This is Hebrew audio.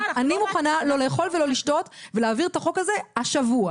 אני מוכנה לא לאכול ולא לשתות ולהעביר את החוק הזה השבוע.